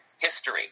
history